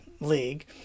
league